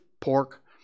pork